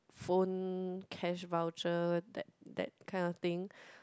phone cash voucher that that kind of thing